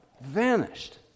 vanished